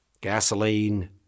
gasoline